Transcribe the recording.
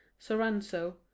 Soranzo